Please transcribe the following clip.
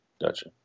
Gotcha